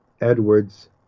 edwards